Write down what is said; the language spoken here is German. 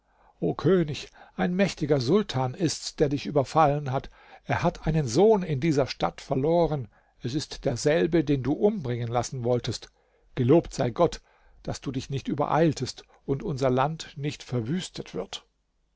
o könig ein mächtiger sultan ist's der dich überfallen hat er hat einen sohn in dieser stadt verloren es ist derselbe den du umbringen lassen wolltest gelobt sei gott daß du dich nicht übereiltest und unser land nicht verwüstet wird